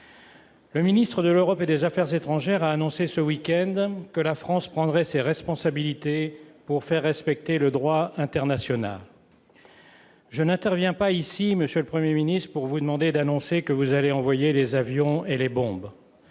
Le ministre de l'Europe et des affaires étrangères a annoncé ce week-end que la France prendrait ses responsabilités pour faire respecter le droit international. Je n'interviens pas pour vous demander d'annoncer, monsieur le Premier ministre, que vous allez envoyer les avions et les bombes.